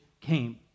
came